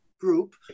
group